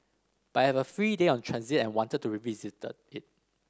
but I have a free day on transit and wanted to revisit it